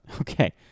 Okay